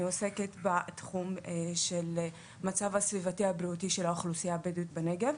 אני עוסקת בתחום המצב הסביבתי הבריאותי של האוכלוסייה הבדואית בנגב.